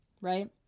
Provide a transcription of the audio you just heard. right